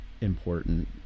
important